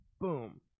boom